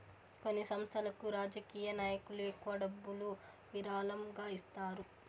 కొన్ని సంస్థలకు రాజకీయ నాయకులు ఎక్కువ డబ్బులు విరాళంగా ఇస్తారు